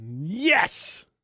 Yes